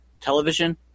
television